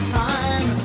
time